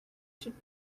should